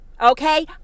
okay